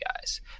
guys